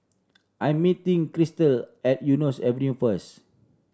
I am meeting Christel at Eunos Avenue first